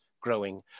growing